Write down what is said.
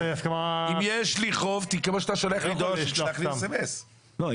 אז כמו שאתה שולח לי דואר - תשלח לי SMS. לא,